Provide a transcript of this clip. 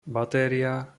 batéria